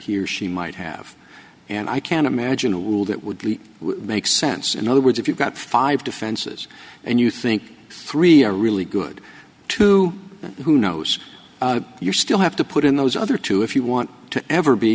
he or she might have and i can't imagine that would make sense in other words if you've got five defenses and you think three are really good too who knows you still have to put in those other two if you want to ever be